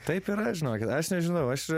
taip yra žinokit aš nežinau aš